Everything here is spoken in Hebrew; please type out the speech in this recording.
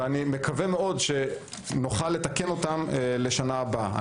אני מקווה מאוד שנוכל לתקן אותם לשנה הבאה.